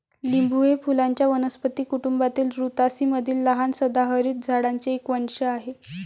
लिंबू हे फुलांच्या वनस्पती कुटुंबातील रुतासी मधील लहान सदाहरित झाडांचे एक वंश आहे